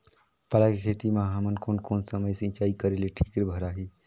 पाला के खेती मां हमन कोन कोन समय सिंचाई करेले ठीक भराही?